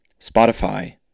Spotify